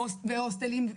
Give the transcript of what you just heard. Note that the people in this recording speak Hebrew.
בהוסטלים,